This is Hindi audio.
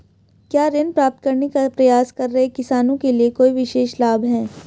क्या ऋण प्राप्त करने का प्रयास कर रहे किसानों के लिए कोई विशेष लाभ हैं?